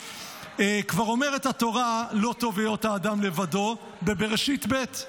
כבר אומרת התורה לא טוב היות האדם לבדו בבראשית ב'.